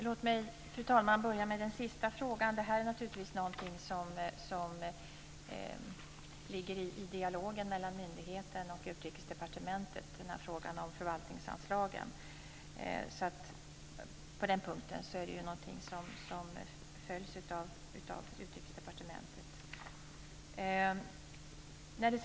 Fru talman! Låt mig börja med den sista frågan. Frågan om förvaltningsanslagen hör till dialogen mellan myndigheten och Utrikesdepartementet. Den följs alltså av Utrikesdepartementet.